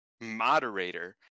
moderator